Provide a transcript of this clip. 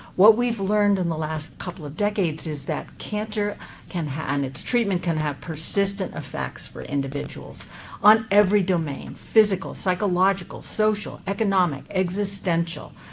what we've learned in the last couple of decades is that cancer can, and its treatment can have persistent effects for individuals on every domain physical, psychological, social, economic, existential.